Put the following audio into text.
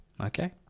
Okay